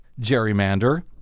gerrymander